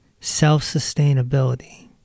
self-sustainability